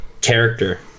character